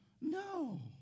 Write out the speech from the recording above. No